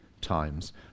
times